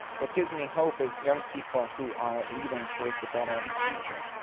what gives me hope is young people who are leading towards a better future.